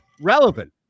relevant